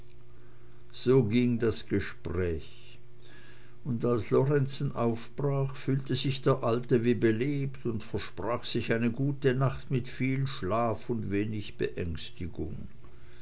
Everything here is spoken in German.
so ging das gespräch und als lorenzen aufbrach fühlte sich der alte wie belebt und versprach sich eine gute nacht mit viel schlaf und wenig beängstigung